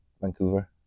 Vancouver